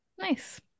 Nice